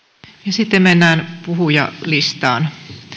sitten mennään puhujalistaan